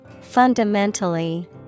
Fundamentally